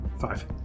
Five